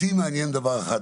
אותי מעניין דבר אחד,